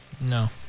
No